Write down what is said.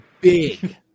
big